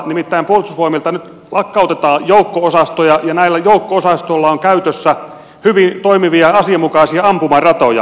nimittäin puolustusvoimilta nyt lakkautetaan joukko osastoja ja näillä joukko osastoilla on käytössään hyvin toimivia ja asianmukaisia ampumaratoja